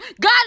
God